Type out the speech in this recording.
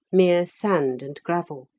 mere sand and gravel.